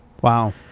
Wow